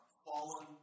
fallen